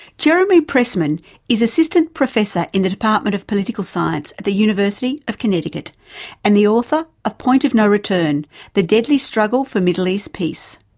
jeremy pressman is assistant professor in the department of political science at the university of connecticut and the author of point of no return the deadly struggle for middle east peace.